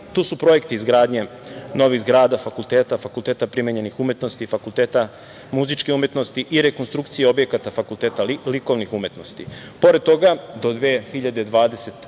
tu su projekti izgradnje novih zgrada, fakulteta, fakulteta primenjenih umetnosti i fakulteta muzičke umetnosti i rekonstrukcije objekata fakulteta likovnih umetnosti. Pored toga, do 2026.